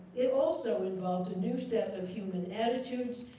it also involved a new set of human attitudes,